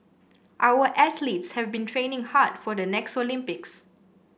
our athletes have been training hard for the next Olympics